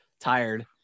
tired